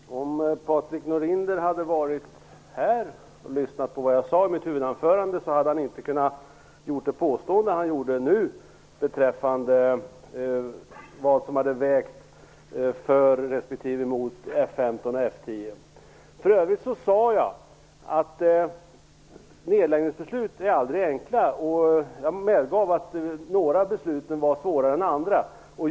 Fru talman! Om Patrik Norinder hade varit här och lyssnat på vad jag sade i mitt huvudanförande hade han inte kunnat göra det påstående han gjorde beträffande vad som hade vägt för respektive mot F 15 och F 10. För övrigt sade jag att nedläggningsbeslut aldrig är enkla. Jag medgav att några beslut var svårare än andra.